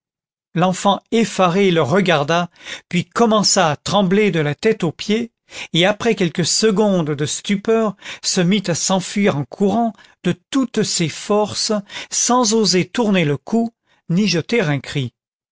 l'enfant effaré le regarda puis commença à trembler de la tête aux pieds et après quelques secondes de stupeur se mit à s'enfuir en courant de toutes ses forces sans oser tourner le cou ni jeter un cri